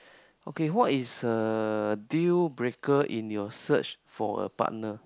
okay what is a deal breaker in your search for a partner